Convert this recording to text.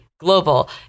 global